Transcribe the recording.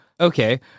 Okay